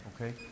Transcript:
okay